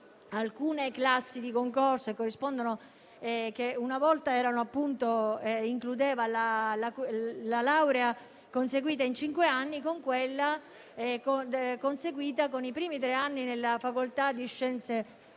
alcune classi di concorso che una volta includevano la laurea conseguita in cinque anni e quella conseguita con i primi tre anni nella facoltà di scienze politiche.